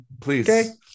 Please